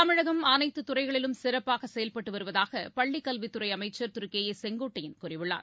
தமிழகம் அனைத்துறைகளிலும் சிறப்பாகசெயல்பட்டுவருவதாகபள்ளிக்கல்வித்துறைஅமைச்சர் திருகே ஏ செங்கோட்டையன் கூறியுள்ளார்